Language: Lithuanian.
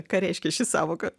ką reiškia ši sąvoka